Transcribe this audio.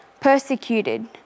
persecuted